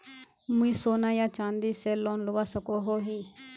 मुई सोना या चाँदी से लोन लुबा सकोहो ही?